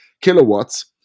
kilowatts